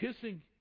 kissing